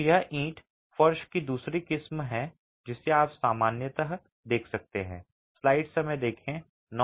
तो यह ईंट फर्श की दूसरी किस्म है जिसे आप सामान्यतः देख सकते हैं